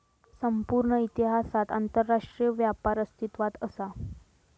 संपूर्ण इतिहासात आंतरराष्ट्रीय व्यापार अस्तित्वात असा